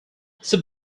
see